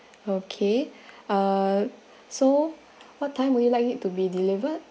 okay uh so what time would you liked it to be delivered